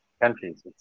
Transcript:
countries